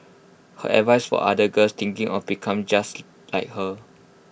her advice for other girls thinking of become just like her